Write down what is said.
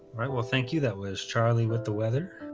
right. well, thank you. that was charlie with the weather.